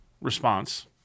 response